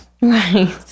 Right